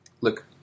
look